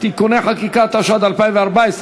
תודה רבה,